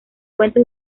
cuento